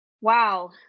Wow